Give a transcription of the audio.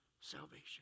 salvation